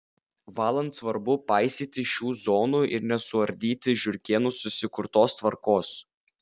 valant svarbu paisyti šių zonų ir nesuardyti žiurkėnų susikurtos tvarkos